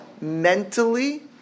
Mentally